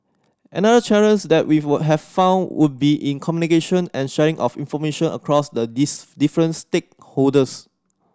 another challenge that we were have found would be in communication and sharing of information across the different stakeholders